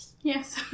Yes